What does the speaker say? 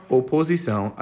oposição